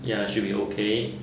ya should be okay